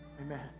Amen